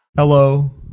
Hello